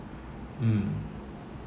mm